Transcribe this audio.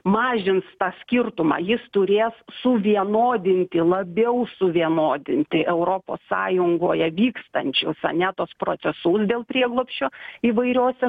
mažins tą skirtumą jis turės suvienodinti labiau suvienodinti europos sąjungoje vykstančius ane tuos procesu dėl prieglobsčio įvairiose